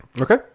Okay